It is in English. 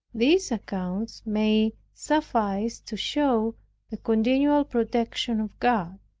these accounts may suffice to show the continual protection of god.